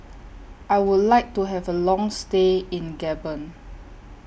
I Would like to Have A Long stay in Gabon